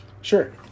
Sure